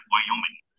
Wyoming